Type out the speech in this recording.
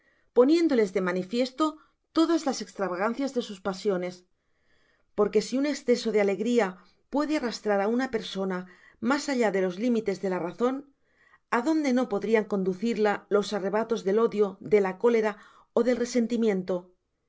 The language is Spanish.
poniéndoles de manifiesto todas las estravagancias de sus pasio nes porque si un esceso de alegria puede arrastrar á una persona mas allá de los limites de la razon adonde tío podrian conducirla los arrebatos del ódio de la cólera ó del